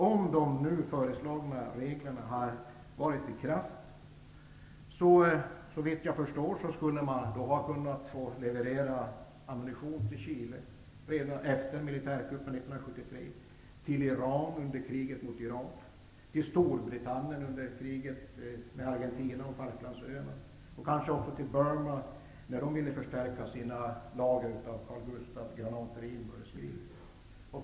Om de nu föreslagna reglerna varit i kraft skulle man, såvitt jag förstår, kunnat få leverera ammunition till Chile redan efter militärkuppen Falklandsöarna och kanske också till Burma när de ville förstärka sina lager av Carl Gustaf-granater i inbördeskriget.